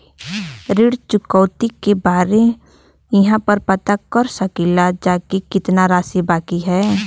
ऋण चुकौती के बारे इहाँ पर पता कर सकीला जा कि कितना राशि बाकी हैं?